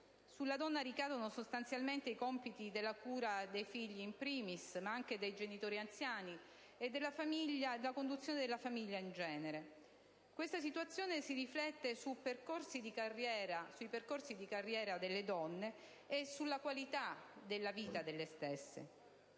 Sulla donna ricadono sostanzialmente i compiti di cura, dei figli *in primis*, ma anche dei genitori anziani, e di conduzione della casa. Questa situazione si riflette sui percorsi di carriera delle donne e sulla qualità della loro vita.